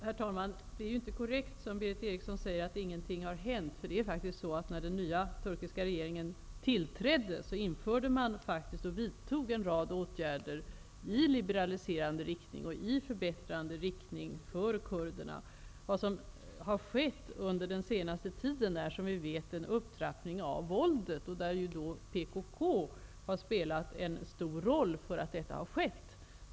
Herr talman! Det är inte korrekt som Berith Eriksson säger att ingenting har hänt. När den nya turkiska regeringen tillträdde vidtog man en rad åtgärder i liberaliserande och förbättrande riktning för kurderna. Den senaste tiden har som vi vet en upptrappning av våldet skett. PKK har spelat en stor roll för att detta har skett.